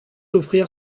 offrir